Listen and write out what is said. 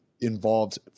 involved